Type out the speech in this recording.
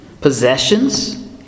possessions